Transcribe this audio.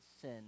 sin